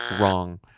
wrong